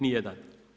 Ni jedan.